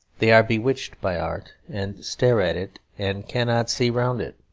they are bewitched by art, and stare at it, and cannot see round it.